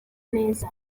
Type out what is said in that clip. neza